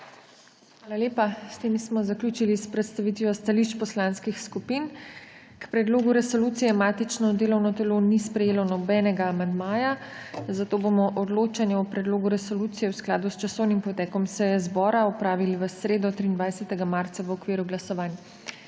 Hvala lepa. S tem smo zaključili s predstavitvijo stališč poslanskih skupin. K predlogu resolucije matično delovno telo ni sprejelo nobenega amandmaja, zato bomo odločanje o predlogu resolucije v skladu s časovnim potekom seje zbora opravili v sredo, 23. marca, v okviru glasovanj.